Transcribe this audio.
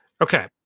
Okay